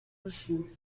poissons